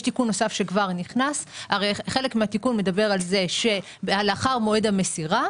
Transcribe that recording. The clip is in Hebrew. תיקון נוסף שנכנס אומר שאם חלף מועד המסירה,